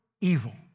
evil